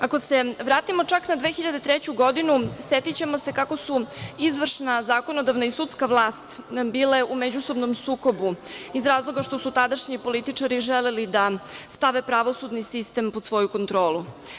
Ako se vratimo čak na 2003. godinu, setićemo se kako su izvršna, zakonodavna i sudska vlast bile u međusobnom sukobu iz razloga što su tadašnji političari želeli da stave pravosudni sistem pod svoju kontrolu.